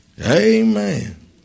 Amen